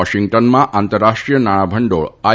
વોશીંગટનમાં આંતરરાષ્ટ્રીય નાણા ભંડોળ આઇ